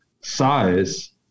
size